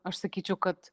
aš sakyčiau kad